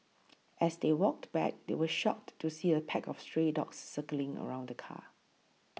as they walked back they were shocked to see a pack of stray dogs circling around the car